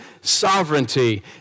sovereignty